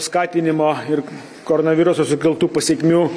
skatinimo ir koronaviruso sukeltų pasekmių